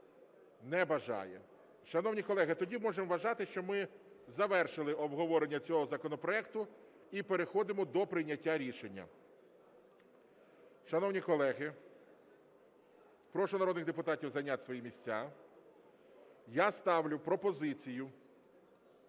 Не бажає. Шановні колеги, тоді можемо вважати, що ми завершили обговорення цього законопроекту і переходимо до прийняття рішення. Шановні колеги… Прошу народних депутатів зайняти свої місця. Я ставлю пропозицію